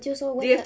我就说